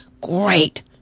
great